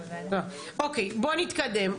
בואו נתקדם.